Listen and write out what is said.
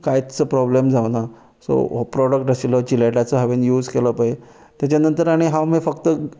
कांयच प्रोब्लम जावुना सो हो प्रोडक्ट आशिल्लो जिलेटाचो हांवें यूज केला पळय तेज्या नंतर आनी हांव मागीर फक्त